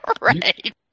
Right